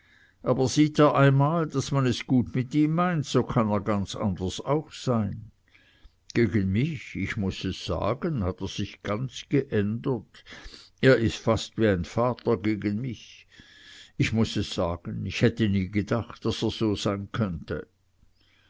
aber sieht er einmal daß man es gut mit ihm meint so kann er ganz anders auch sein gegen mich ich muß es sagen hat er sich ganz geändert er ist fast wie ein vater gegen mich ich muß es sagen ich hätte nie gedacht daß er so sein könnte